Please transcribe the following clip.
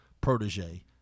protege